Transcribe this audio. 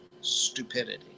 stupidity